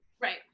Right